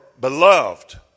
beloved